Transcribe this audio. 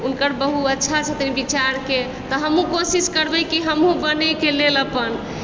हुनकर बहु नीक छथिन विचारके तऽ हमहुँ कोशिश करबै कि हमहुँ बनयके लेल अपन